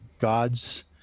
God's